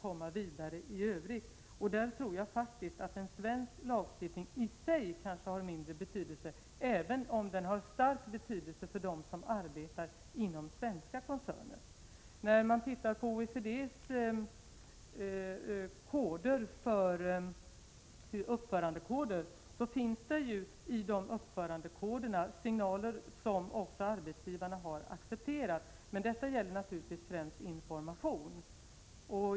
Beträffande samarbetet i Norden: Om länderna i Norden har de bästa förutsättningarna att komma överens också på detta område, är det ju ingen nackdel att starta ett sådant här arbete över nationsgränserna i Norden, som ett steg att komma vidare i övrigt. Jag tror faktiskt att en svensk lagstiftning i sig har mindre betydelse, även om den har stor betydelse för dem som arbetar inom svenska koncerner. I OECD:s uppförandekoder finns det signaler som också arbetsgivarna har accepterat. Det gäller främst information.